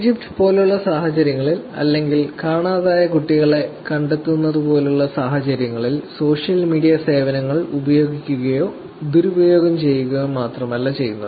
Egypt പോലുള്ള സാഹചര്യങ്ങളിൽ അല്ലെങ്കിൽ കാണാതായ കുട്ടികളെ കണ്ടെത്തുന്നതുപോലുള്ള സാഹചര്യങ്ങളിൽ സോഷ്യൽ മീഡിയ സേവനങ്ങൾ ഉപയോഗിക്കുകയോ ദുരുപയോഗം ചെയ്യുകയോ മാത്രമല്ല ചെയ്യുന്നത്